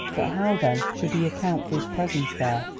but how then should he account for his presence there?